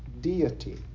deity